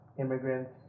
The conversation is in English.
immigrants